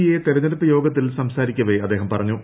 A തെരഞ്ഞെടുപ്പ് യോഗത്തിൽ സംസാരിക്കവെ അദ്ദേഹം പറഞ്ഞു